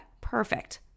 Perfect